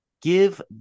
Give